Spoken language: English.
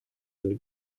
and